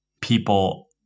people